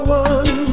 one